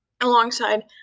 alongside